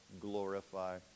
glorify